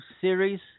series